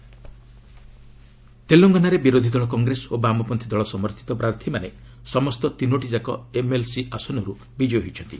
Telangana MLC election ତେଲଙ୍ଗାନାରେ ବିରୋଧୀଦଳ Congress ଓ ବାମପତ୍ରୀ ଦଳ ସମର୍ଥିତ ପ୍ରାର୍ଥୀମାନେ ସମସ୍ତ ତିନୋଟିଯାକ ଏମ୍ଏଲ୍ସି ଆସନରୁ ବିଜୟୀ ହୋଇଛନ୍ତି